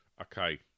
Okay